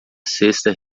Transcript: cesta